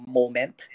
moment